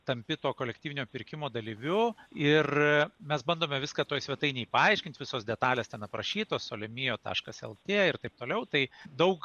tampi to kolektyvinio pirkimo dalyviu ir mes bandome viską toj svetainėj paaiškint visos detalės ten aprašytos sole mio taškas lt ir taip toliau tai daug